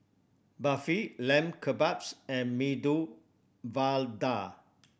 Barfi Lamb Kebabs and Medu Vada